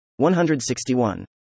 161